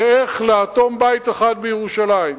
איך לאטום בית אחד בירושלים.